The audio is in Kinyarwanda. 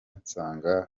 nsanga